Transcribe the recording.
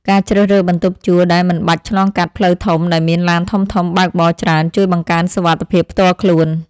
ការជ្រើសរើសបន្ទប់ជួលដែលមិនបាច់ឆ្លងកាត់ផ្លូវធំដែលមានឡានធំៗបើកបរច្រើន ជួយបង្កើនសុវត្ថិភាពផ្ទាល់ខ្លួន។